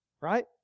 Right